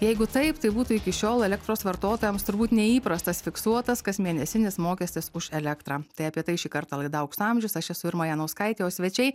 jeigu taip tai būtų iki šiol elektros vartotojams turbūt neįprastas fiksuotas kasmėnesinis mokestis už elektrą tai apie tai šį kartą laida aukso amžius aš esu irma janauskaitė o svečiai